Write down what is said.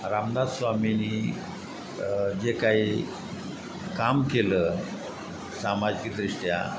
रामदास स्वामींनी जे काही काम केलं सामाजिकदृष्ट्या